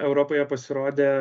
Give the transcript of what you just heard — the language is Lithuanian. europoje pasirodė